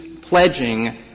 pledging